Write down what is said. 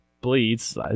bleeds